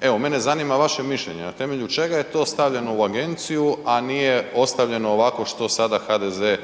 evo mene zanima vaše mišljenje, na temelju čega je to stavljeno u agenciju a nije ostavljeno ovako kao što sada HDZ